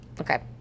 okay